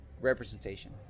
representation